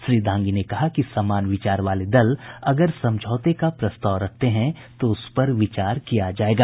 श्री दांगी ने कहा कि समान विचार वाले दल अगर समझौते का प्रस्ताव रखते हैं तो उस पर विचार किया जायेगा